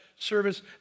service